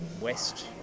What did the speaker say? west